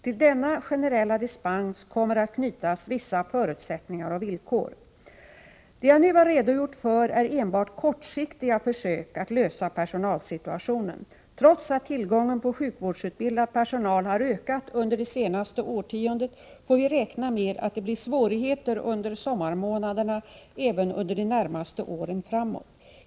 Till denna generella dispens kommer att knytas vissa förutsättningar och villkor. Det jag nu har redogjort för är enbart kortsiktiga försök att lösa personalsituationen. Trots att tillgången på sjukvårdsutbildad personal har ökat under det senaste årtiondet får vi räkna med att det blir svårigheter under sommarmånaderna även under de närmaste åren framåt.